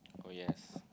oh yes